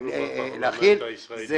--- שאנחנו בפרלמנט הישראלי.